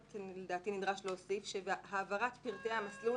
לדעתי נדרש להוסיף ש"העברת פרטי המסלול,